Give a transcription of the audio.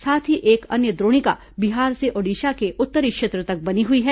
साथ ही एक अन्य द्रोणिका बिहार से ओडिशा के उत्तरी क्षेत्र तक बनी हुई है